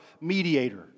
mediator